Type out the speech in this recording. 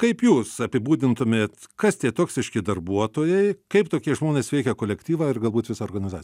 kaip jūs apibūdintumėt kas tie toksiški darbuotojai kaip tokie žmonės veikia kolektyvą ir galbūt visą organizaciją